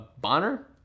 Bonner